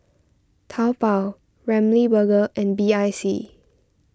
Taobao Ramly Burger and B I C